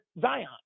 Zion